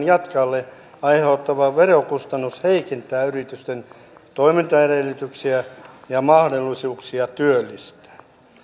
jatkajalle aiheutuva verokustannus heikentää yritysten toimintaedellytyksiä ja mahdollisuuksia työllistää